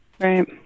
Right